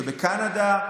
ובקנדה,